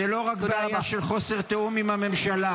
-- זו לא רק בעיה של חוסר תיאום עם הממשלה,